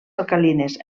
alcalines